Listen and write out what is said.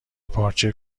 پارچه